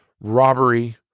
robbery